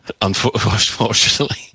unfortunately